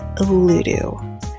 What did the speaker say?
Ludo